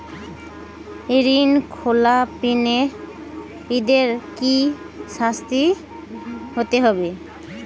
ঋণ খেলাপিদের কি শাস্তি হতে পারে?